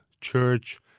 church